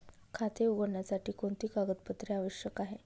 खाते उघडण्यासाठी कोणती कागदपत्रे आवश्यक आहे?